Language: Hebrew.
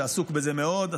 שעסוק בזה מאוד,